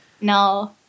No